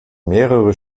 mehrere